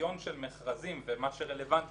החשב הכללי